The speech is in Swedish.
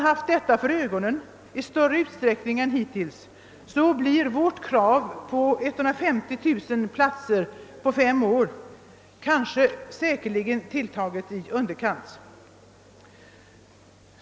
Med detta för ögonen framstår vårt krav på 150 000 platser under fem år som tilltaget i underkant.